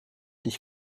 dich